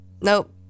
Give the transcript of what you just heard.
Nope